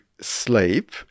sleep